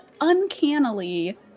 uncannily